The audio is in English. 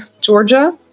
Georgia